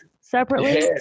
separately